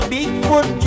Bigfoot